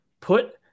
Put